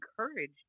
encourage